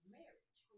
marriage